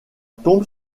tombe